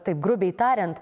taip grubiai tariant